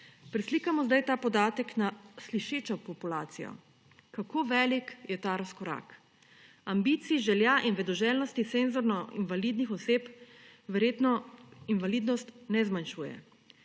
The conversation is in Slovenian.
Preslikamo zdaj ta podatek na slišečo populacijo, kako velik ja ta razkorak. Ambicij, želja in vedoželjnosti senzorno invalidnih oseb verjetno invalidnost ne zmanjšuje.